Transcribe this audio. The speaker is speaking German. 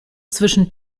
zwischen